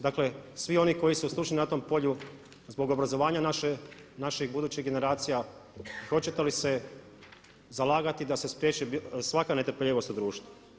Dakle svi oni koji su stručni na tom polju zbog obrazovanja naših budućih generacija, hoćete li se zalagati da se spriječi svaka netrpeljivost u društvu?